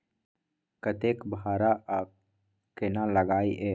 कतेक भाड़ा आ केना लागय ये?